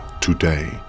today